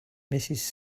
mrs